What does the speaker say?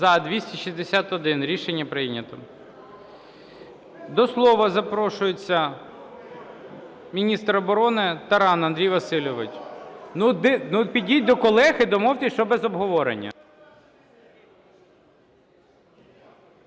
За-261 Рішення прийнято. До слова запрошується міністр оборони Таран Андрій Васильович. Ну, підіть до колег і домовтесь, щоб без обговорення.